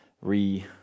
re-